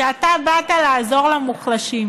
שאתה באת לעזור למוחלשים,